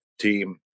team